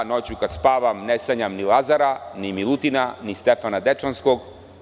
Noću kad spavam ne sanjam ni Lazara, ni Milutina, ni Stefana Dečanskog.